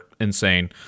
insane